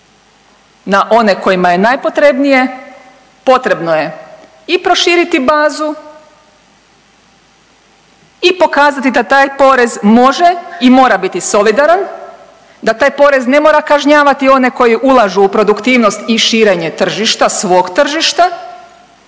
na one kojima je najpotrebnije potrebno je i proširiti bazu i pokazati da taj porez može i mora biti solidaran, da taj porez ne mora kažnjavati one koji ulažu u produktivnost i širenje tržišta, svog tržišta,